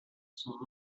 sont